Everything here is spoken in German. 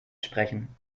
sprechen